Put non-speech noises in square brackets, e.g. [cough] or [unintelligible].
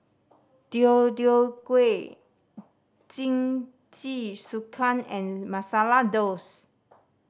Deodeok Gui Jingisukan and Masala [unintelligible]